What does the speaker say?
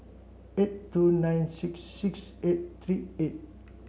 eight two nine six six eight three eight